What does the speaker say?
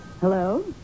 Hello